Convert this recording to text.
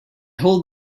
hold